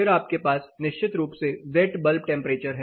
फिर आपके पास निश्चित रूप से वेट बल्ब टेंपरेचर है